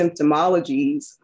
symptomologies